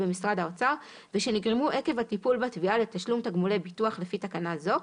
במשרד האוצר ושנגרמו עקב הטיפול בתביעה לתשלום תגמולי ביטוח לפי תקנה זו,